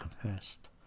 confessed